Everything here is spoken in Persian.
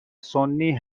سنی